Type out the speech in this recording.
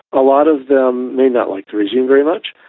a lot of them may not like the regime very much,